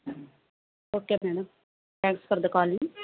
okay madam thanks for the calling